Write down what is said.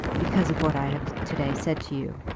because of what i have to-day said to you?